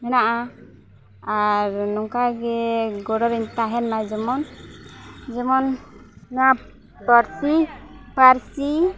ᱦᱮᱱᱟᱜᱼᱟ ᱟᱨ ᱱᱚᱝᱠᱟᱜᱮ ᱜᱚᱲᱚᱨᱤᱧ ᱛᱟᱦᱮᱱᱟ ᱡᱮᱢᱚᱱ ᱡᱮᱢᱚᱱ ᱱᱚᱣᱟ ᱯᱟᱹᱨᱥᱤ ᱯᱟᱹᱨᱥᱤ